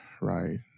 right